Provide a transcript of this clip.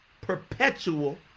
perpetual